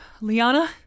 Liana